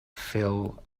fell